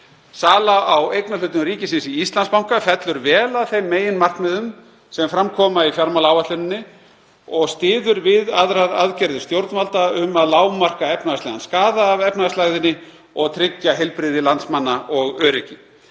Sala á eignarhlutum ríkisins í Íslandsbanka fellur vel að þeim meginmarkmiðum sem fram koma í fjármálaáætluninni og styður við aðrar aðgerðir stjórnvalda um að lágmarka efnahagslegan skaða af efnahagslægðinni og tryggja heilbrigði landsmanna og öryggi.